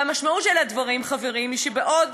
והמשמעות של הדברים, חברים, היא שבעוד